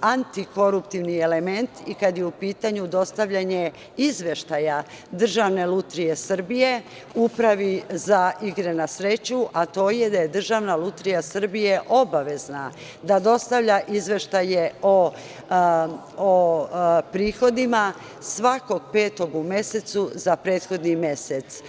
antikoruptivni element i kada je u pitanju dostavljanje izveštaj Državne lutrije Srbije, Upravi za igre na sreću, a to je da je Državna lutrija Srbije obavezna da dostavlja izveštaje o prihodima, svakog petog u mesecu za prethodni mesec.